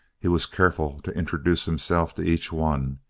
he was careful to introduce himself to each one.